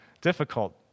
difficult